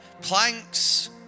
planks